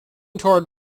toured